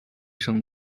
圣殿